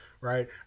right